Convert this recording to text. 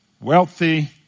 Wealthy